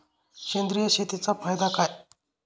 सेंद्रिय शेतीचा फायदा काय?